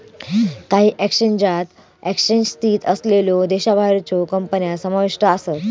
काही एक्सचेंजात एक्सचेंज स्थित असलेल्यो देशाबाहेरच्यो कंपन्या समाविष्ट आसत